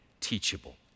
teachable